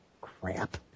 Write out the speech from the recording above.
crap